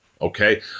Okay